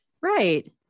Right